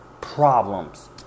problems